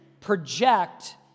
project